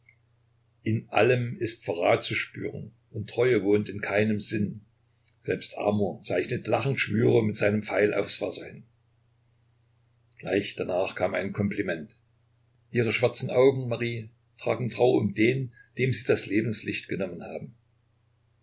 in allem ist verrat zu spüren und treue wohnt in keinem sinn selbst amor zeichnet lachend schwüre mit seinem pfeil aufs wasser hin gleich danach kam ein kompliment ihre schwarzen augen marie tragen trauer um den dem sie das lebenslicht genommen haben